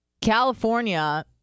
California